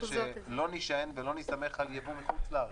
שלא נישען ולא נסתמך על יבוא מחוץ לארץ.